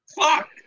Fuck